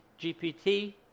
GPT